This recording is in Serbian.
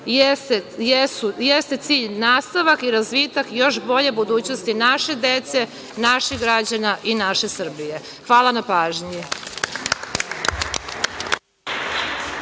jeste cilj nastavak i razvitak još bolje budućnosti naše dece, naših građana i naše Srbije. Hvala na pažnji.